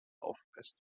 aufweist